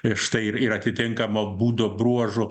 i štai ir atitinkamo būdo bruožų